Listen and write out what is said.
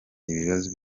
ibibazo